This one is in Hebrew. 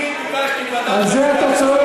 אני ביקשתי ועדת חקירה, על זה אתה צועק.